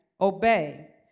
obey